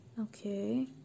Okay